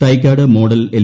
Thycaud model L